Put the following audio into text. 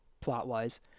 plot-wise